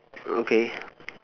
okay